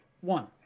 one